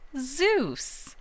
Zeus